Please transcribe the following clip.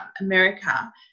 America